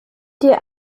dir